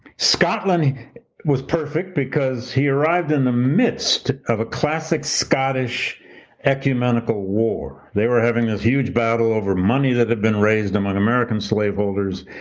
scotland was perfect because he arrived in the midst of a classic scottish ecumenical war. they were having this huge battle over money that had been raised among american slaveholders.